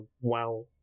WoW